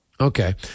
Okay